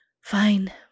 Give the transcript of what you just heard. Fine